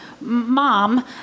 mom